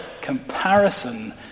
comparison